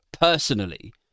personally